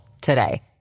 today